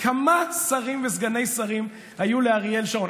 כמה שרים וסגני שרים היו לאריאל שרון?